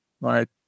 right